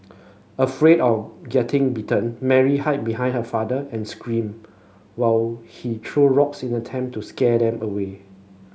afraid of getting bitten Mary hid behind her father and screamed while he threw rocks in an attempt to scare them away